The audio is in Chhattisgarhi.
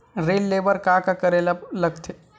ऋण ले बर का करे ला लगथे?